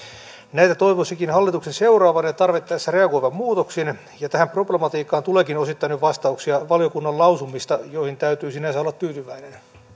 näitä toivoisikin hallituksen seuraavan ja tarvittaessa reagoivan muutoksin tähän problematiikkaan tuleekin osittain jo vastauksia valiokunnan lausumista joihin täytyy sinänsä olla tyytyväinen